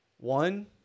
One